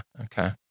Okay